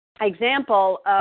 example